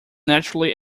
naturally